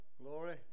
Glory